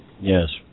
Yes